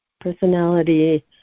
personality